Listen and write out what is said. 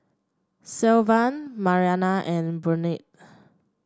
Sylvan Marianna and Burnett